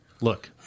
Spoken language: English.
look